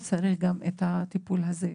גם ההורה בעצמו צריך את הטיפול הזה,